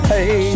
Hey